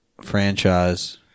franchise